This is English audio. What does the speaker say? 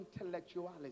intellectualism